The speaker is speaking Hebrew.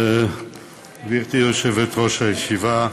גברתי יושבת-ראש הישיבה,